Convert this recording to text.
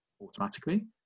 automatically